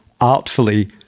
artfully